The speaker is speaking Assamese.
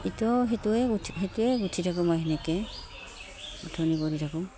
এতিয়াও সেইটোৱে গোঁঠি সেইটোৱে গোঁঠি থাকোঁ মই সেনেকৈয়ে গোঁঠনি কৰি থাকোঁ